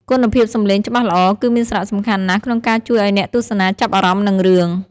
គុណភាពសំឡេងច្បាស់ល្អ គឺមានសារៈសំខាន់ណាស់ក្នុងការជួយឲ្យអ្នកទស្សនាចាប់អារម្មណ៍នឹងរឿង។